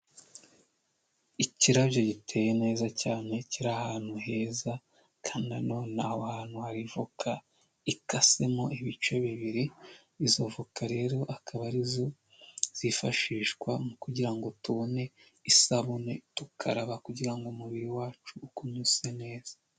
Ikirabyo giteye neza cyane kiri ahantu heza, kandi na none aho hantu hari voka ikasemo ibice bibiri, izo voka rero akaba arizo zifashishwa kugirango tubone isabune, dukaraba kugirango umubiri wacu ugumye usa neza.